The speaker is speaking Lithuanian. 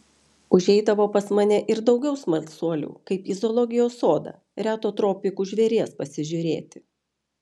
užeidavo pas mane ir daugiau smalsuolių kaip į zoologijos sodą reto tropikų žvėries pasižiūrėti